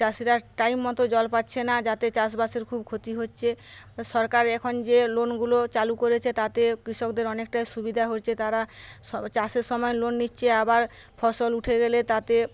চাষিরা টাইম মতো জল পাচ্ছে না যাতে চাষ বাসের খুব ক্ষতি হচ্ছে সরকার এখন যে লোনগুলো করেছে তাতে কৃষকদের অনেকটা সুবিধা হয়েছে তারা চাষের সময় লোন নিচ্ছে আবার ফসল উঠে গেলে তাতে